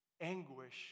anguish